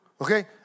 Okay